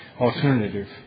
Alternative